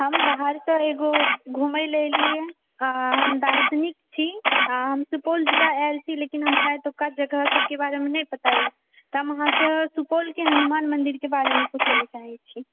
हम बाहरसॅं एगो घूमय लए एलिय हम दार्शनिक छी आ हम सुपौल ज़िला आयल छी लेकिन हमरा एतुका जगह सभके बारेमे नहि पता यऽ तऽ हम अहाँसॅं सुपौलके हनुमान मंदिरके बारेमे पूछय लए चाहै छी